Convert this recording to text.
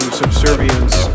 subservience